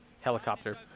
helicopter